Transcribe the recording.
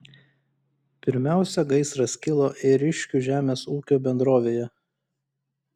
pirmiausia gaisras kilo ėriškių žemės ūkio bendrovėje